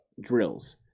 drills